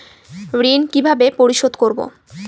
ঋণ কিভাবে পরিশোধ করব?